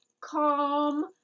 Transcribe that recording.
calm